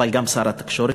אבל גם שר התקשורת,